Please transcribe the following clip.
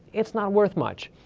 it's not worth much.